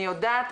אני יודעת,